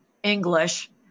English